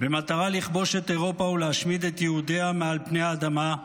במטרה לכבוש את אירופה ולהשמיד את יהודיה מעל פני האדמה,